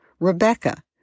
Rebecca